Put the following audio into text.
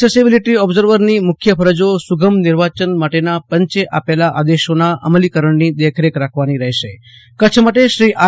એકસોસેબીલીટી ની મુખ્ય ફરજો સુગમ નિર્વાચન માટીના પંચે આપેલા આદેશોના અમલીકરણની દેખરેખ રાખવાની રહેશે કરછ માટે આર